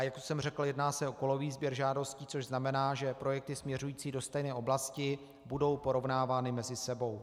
Jak už jsem řekl, jedná se o kolový sběr žádostí, což znamená, že projekty směřující do stejné oblasti budou porovnávány mezi sebou.